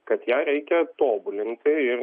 kad ją reikia tobulinti ir